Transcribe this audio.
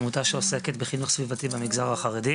עמותה שעוסקת בחינוך סביבתי במגזר החרדי,